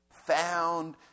found